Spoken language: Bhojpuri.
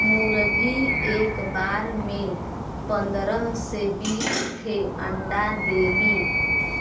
मुरगी एक बार में पन्दरह से बीस ठे अंडा देली